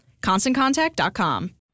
ConstantContact.com